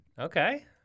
Okay